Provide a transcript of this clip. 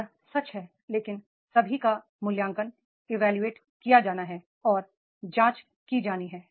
यह सच है लेकिन सभी का मूल्यांकन किया जाना है और जांच की जानी है